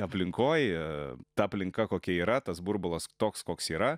aplinkoj ta aplinka kokia yra tas burbulas toks koks yra